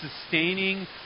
sustaining